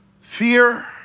Fear